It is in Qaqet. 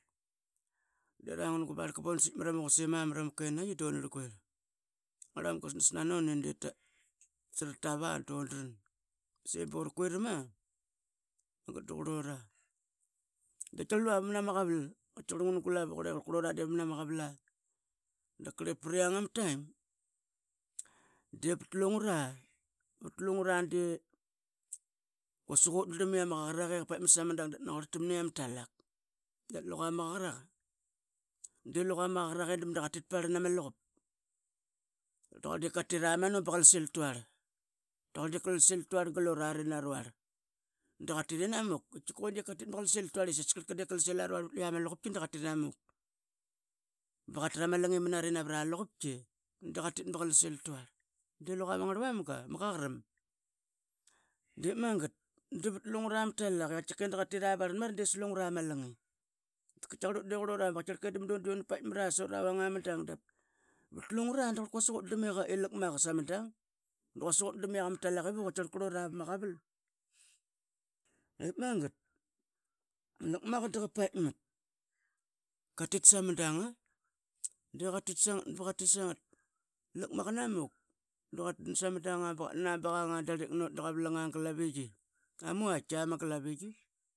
Bona sitk matngat dama ngarmamga da qrlora da karl lua mnama qawala. Daqrle priang ama taim dapat lungra ma taim de quasik utdram, ama aqaqara qaie i qa paitkmat sama dang nap naqua tamne yia talak dap luqa ama qaqaraqa etda katit parlan ama luqap taqur dep katira manu ba qalsel tuarl glurari, narvarl sias karlqa de qalsil dasias qalka dep qatdan inamuk baqa trama langi manari navra luqupki dqatit bqaslsil tuarl de luqa ama ngarmamga ma qaqaram. Dep magat drat lungura ma talak i qarl indqtit parlan mara slungra ma langi daqatkiaqar ott. De qrlora unapaitka mat sonavang ama dang pat lungara de quasik urdrlam i lakmaga sama dang dqasik udrlam yiaqama talak ivup iqatki qrlora ip magat lak maqa dqa paitkmat katit sama damga qatitv sangat bqatit samgaat lak maqa namuk dqadan bqanga darliq naut blqavlang ama vaitki glaviyi.